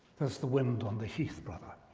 there's the wind on the heath, brother.